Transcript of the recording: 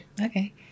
Okay